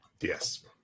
yes